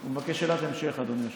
הוא מבקש שאלת המשך, אדוני היושב-ראש.